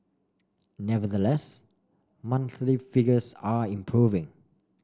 nevertheless monthly figures are improving